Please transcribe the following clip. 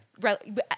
Right